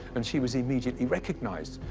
and she was immediately recognized.